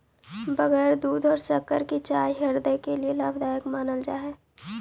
बगैर दूध और शक्कर की चाय हृदय के लिए लाभदायक मानल जा हई